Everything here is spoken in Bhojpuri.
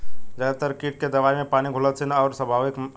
ज्यादातर कीट के दवाई पानी में घुलनशील आउर सार्वभौमिक ह?